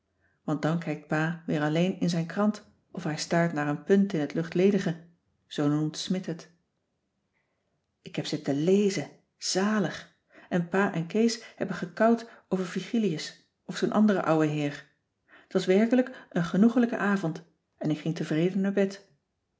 want dan kijkt pa weer alleen in zijn krant o hij staart naar een punt in het luchtledige zoo noemt smidt het ik heb zitten lezen zalig en pa en kees hebben gekout over virgilius of zoo'n andere ouwe heer t was werkelijk een genoegelijke avond en ik ging tevreden naar bed